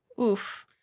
Oof